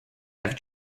have